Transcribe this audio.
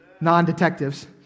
non-detectives